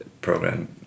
program